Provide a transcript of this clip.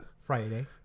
Friday